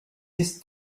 ist